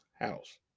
house